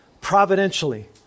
providentially